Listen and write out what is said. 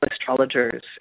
astrologers